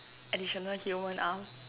additional human arm